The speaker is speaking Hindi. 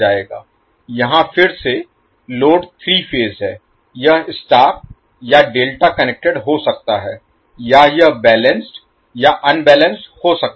यहां फिर से लोड 3 फेज है यह स्टार या डेल्टा कनेक्टेड हो सकता है या यह बैलेंस्ड या अनबैलेंस्ड हो सकता है